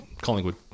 Collingwood